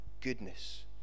goodness